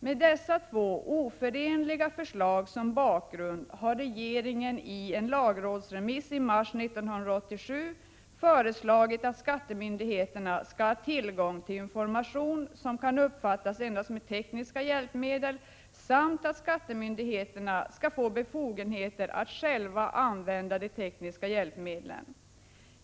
Med dessa två oförenliga förslag som bakgrund, har regeringen i en lagrådsremiss i mars 1987 föreslagit att skattemyndigheterna skall ha tillgång till information som kan uppfattas endast med tekniska hjälpmedel samt att skattemyndigheterna skall få befogenheter att själva använda de tekniska hjälpmedlen.